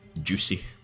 juicy